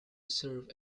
serve